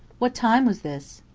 what time was this?